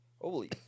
Holy